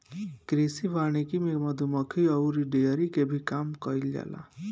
कृषि वानिकी में मधुमक्खी अउरी डेयरी के भी काम कईल जाला